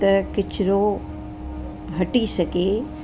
त किचिरो हटी सघे